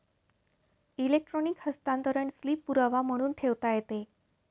electronic हस्तांतरण slip पुरावा म्हणून ठेवता येते